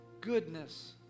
goodness